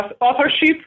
Authorship